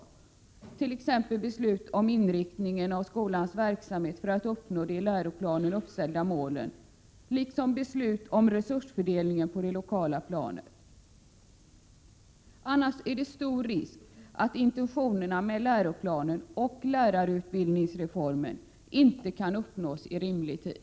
Det gäller t.ex. beslut om inriktningen av skolans verksamhet för att uppnå de i läroplanen uppställda målen, liksom beslut om resursfördelningen på det lokala planet. Annars är det stor risk att intentionerna med läroplanen och lärarutbildningsreformen inte kan förverkligas inom rimlig tid.